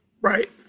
Right